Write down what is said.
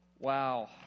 Wow